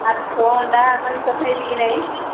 ମାଛ ଅଣ୍ଡା ମାଂସ ଖାଇବ କି ନାଇଁ